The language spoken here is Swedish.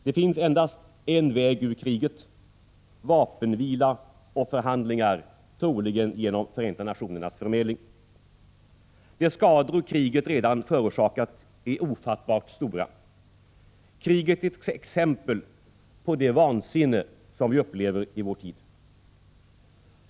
Det finns endast en väg ut ur kriget: vapenvila och förhandlingar, troligen genom Förenta nationernas förmedling. De skador kriget redan förorsakat är ofattbart stora. Kriget är ett exempel på det vansinne som vi upplever i vår tid.